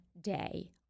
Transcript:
day